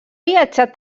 viatjar